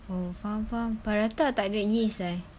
oh faham faham prata tak ada yeast eh